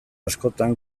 askotan